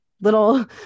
Little